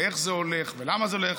איך זה הולך ולמה זה הולך,